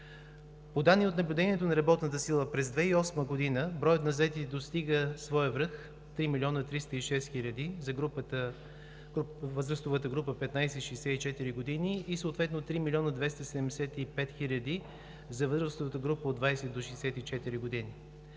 По данни от наблюдението на работната сила през 2008 г. броят на заетите достига своя връх – 3 млн. 306 хил., за възрастовата група 15 – 64 години, и съответно 3 млн. 275 хил. за възрастовата група от 20 до 64 години.